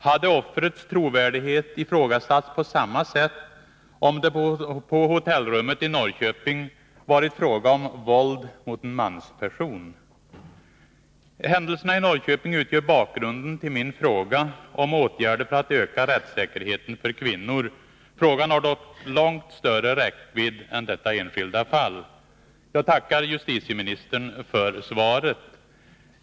Hade offrets trovärdighet ifrågasatts på samma sätt om det på hotellrummet i Norrköping varit fråga om våld mot en mansperson? Händelserna i Norrköping utgör bakgrunden till min fråga om åtgärder för att öka rättssäkerheten för kvinnor. Frågan har dock långt större räckvidd än detta enskilda fall. Jag tackar justitieministern för svaret.